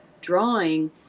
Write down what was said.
drawing